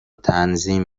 تنظیم